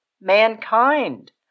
mankind